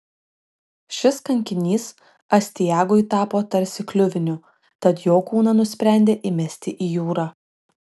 šis kankinys astiagui tapo tarsi kliuviniu tad jo kūną nusprendė įmesti į jūrą